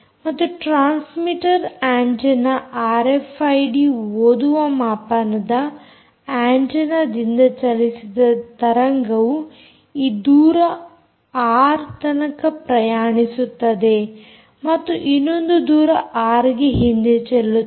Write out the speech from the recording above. ಮತ್ತು transmitter antenna RFID ಓದುವ ಮಾಪನದ ಆಂಟೆನ್ನದಿಂದ ಚಲಿಸಿದ ತರಂಗವು ಈ ದೂರ ಆರ್ ತನಕ ಪ್ರಯಾಣಿಸುತ್ತದೆ ಮತ್ತು ಇನ್ನೊಂದು ದೂರ ಆರ್ಗೆ ಹಿಂದೆ ಚೆಲ್ಲುತ್ತದೆ